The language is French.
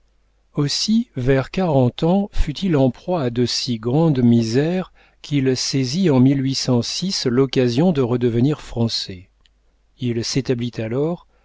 aussi vers quarante ans fut-il en proie à de si grandes misères qu'il saisit en l'occasion de redevenir français il s'établit alors